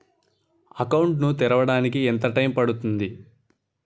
Account ను తెరవడానికి ఎంత టైమ్ పడుతుంది?